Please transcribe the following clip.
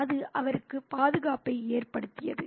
அது அவருக்கு பாதுகாப்பை ஏற்படுத்தியது